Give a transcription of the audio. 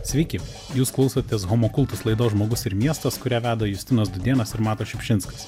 sveiki jūs klausotės homokultus laidos žmogus ir miestas kurią veda justinas dudėnas ir matas šiupšinskas